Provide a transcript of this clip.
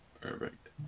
Perfect